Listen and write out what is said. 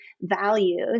values